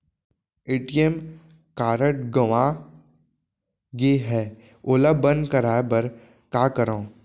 ATM card गंवा गे है ओला बंद कराये बर का करंव?